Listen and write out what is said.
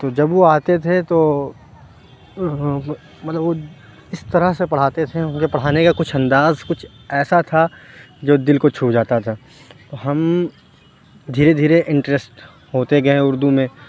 تو جب وہ آتے تھے تو مطلب وہ اِس طرح سے پڑھاتے تھے اُن کے پڑھانے کا کچھ انداز کچھ ایسا تھا جو دِل کو چُھو جاتا تھا اور ہم دھیرے دھیرے انٹریسٹ ہوتے گئے اُردو میں